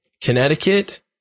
Connecticut